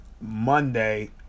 Monday